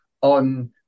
on